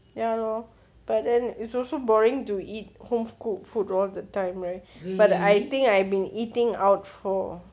ya lor but then it's also boring to eat home cook food all the time but I think I've been eating out for